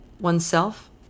oneself